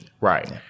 Right